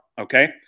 okay